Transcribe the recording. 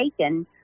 taken